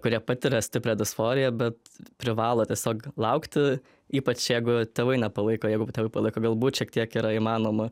kurie patiria stiprią disforiją bet privalo tiesiog laukti ypač jeigu tėvai nepalaiko jeigu tėvai palaiko galbūt šiek tiek yra įmanoma